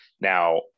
now